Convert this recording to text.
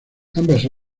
ambas